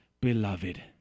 beloved